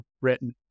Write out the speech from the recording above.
written